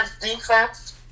defense